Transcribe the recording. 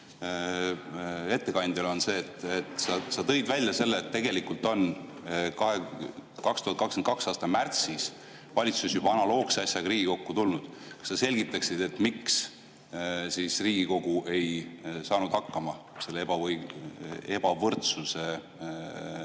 ettekandjale on see. Sa tõid välja selle, et tegelikult on 2022. aasta märtsis valitsus juba analoogse asjaga Riigikokku tulnud. Kas sa selgitaksid, miks Riigikogu ei saanud hakkama selle ebavõrdsuse küsimuse